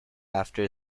after